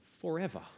forever